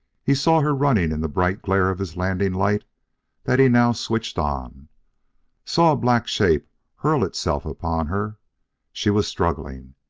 he saw her running in the bright glare of his landing light that he now switched on saw a black shape hurl itself upon her she was struggling.